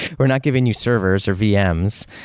we're not giving you servers or vm's.